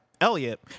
Elliot